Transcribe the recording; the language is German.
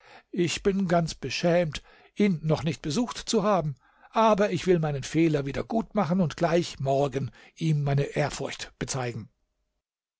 ich bin ganz beschämt ihn noch nicht besucht zu haben aber ich will meinen fehler wieder gutmachen und gleich morgen ihm meine ehrfurcht bezeigen